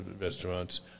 restaurants